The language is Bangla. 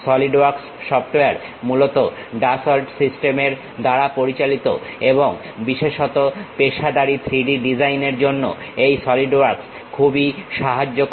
সলিড ওয়ার্কস সফটওয়্যার মূলত ডাসল্ট সিস্টেমস এর দ্বারা পরিচালিত এবং বিশেষত পেশাদারী 3D ডিজাইনের জন্য এই সলিড ওয়ার্কস খুবই সাহায্য করে